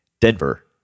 Denver